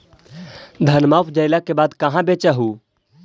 धनमा उपजाईला के बाद कहाँ बेच हू?